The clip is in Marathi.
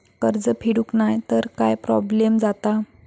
कर्ज फेडूक नाय तर काय प्रोब्लेम जाता?